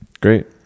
Great